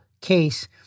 case